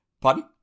Pardon